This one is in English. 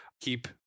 keep